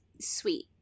sweet